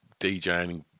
DJing